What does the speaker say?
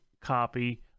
copy